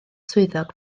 swyddog